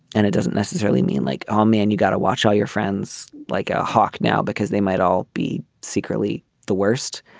and it doesn't necessarily mean like oh man you got to watch all your friends like a hawk now because they might all be secretly the worst.